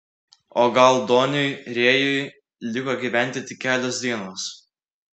o gal doniui rėjui liko gyventi tik kelios dienos